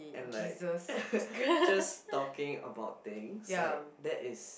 and like just talking about things like that is